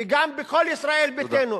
וגם בכל ישראל ביתנו.